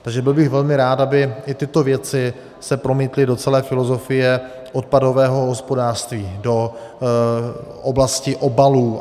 Takže byl bych velmi rád, aby se i tyto věci promítly do celé filozofie odpadového hospodářství, do oblasti obalů atd.